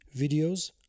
videos